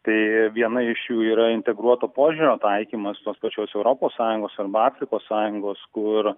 tai viena iš jų yra integruoto požiūrio taikymas tos pačios europos sąjungos arba afrikos sąjungos kur